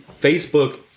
Facebook